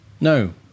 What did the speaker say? No